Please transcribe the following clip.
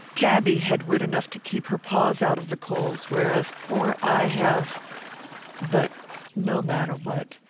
tabby had wit enough to keep her paws out of the coals, whereas poor i have but no matter what.